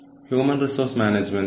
അതിനാൽ നമുക്ക് അത് ആരംഭിക്കാം